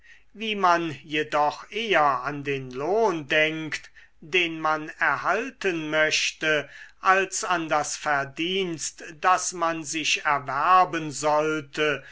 wie man jedoch eher an den lohn denkt den man erhalten möchte als an das verdienst das man sich erwerben sollte